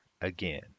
again